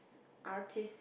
artist